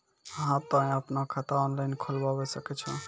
हाँ तोय आपनो खाता ऑनलाइन खोलावे सकै छौ?